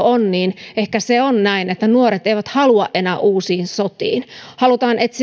on niin ehkä se on näin että nuoret eivät halua enää uusiin sotiin halutaan etsiä